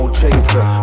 chaser